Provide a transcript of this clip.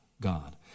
God